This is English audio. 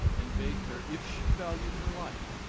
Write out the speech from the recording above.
and bade her, if she valued her life,